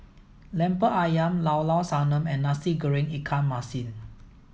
Lemper Ayam Llao Llao Sanum and Nasi Goreng Ikan Masin